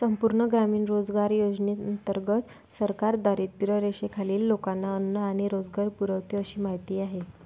संपूर्ण ग्रामीण रोजगार योजनेंतर्गत सरकार दारिद्र्यरेषेखालील लोकांना अन्न आणि रोजगार पुरवते अशी माहिती आहे